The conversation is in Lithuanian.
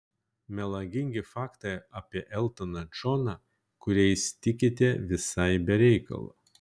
melagingi faktai apie eltoną džoną kuriais tikite visai be reikalo